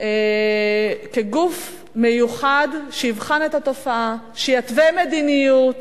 כגוף מיוחד שיבחן את התופעה, שיתווה מדיניות.